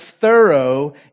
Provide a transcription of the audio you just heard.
thorough